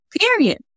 Period